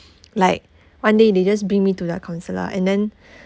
like one day they just bring me to the counsellor and then